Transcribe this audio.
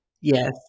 Yes